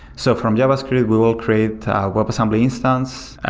so from javascript, we will create webassembly instance.